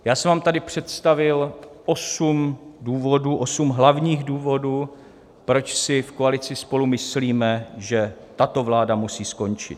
Já jsem vám tady představil osm důvodů, osm hlavních důvodů, proč si v koalici SPOLU myslíme, že tato vláda musí skončit.